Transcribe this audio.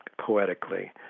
poetically